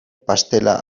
pastela